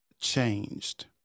changed